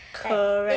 correct